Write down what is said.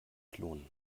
klonen